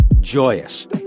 joyous